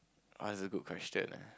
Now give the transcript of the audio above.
uh is a good question eh